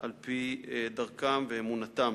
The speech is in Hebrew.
על-פי דרכם ואמונתם.